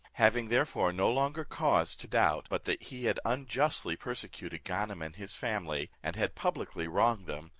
having therefore no longer cause to doubt but that he had unjustly persecuted ganem and his family, and had publicly wronged them,